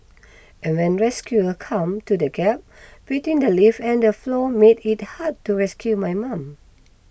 and when rescuers come to the gap between the lift and the floor made it hard to rescue my mum